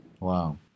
Wow